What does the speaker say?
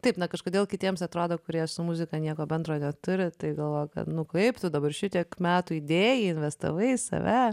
taip na kažkodėl kitiems atrodo kurie su muzika nieko bendro neturi tai galvoja ka nu kaip tu dabar šitiek metų įdėjai investavai save